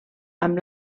amb